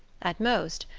at most,